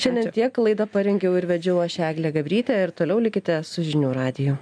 šiandien tiek laidą parengiau ir vedžiau aš eglė gabrytė ir toliau likite su žinių radiju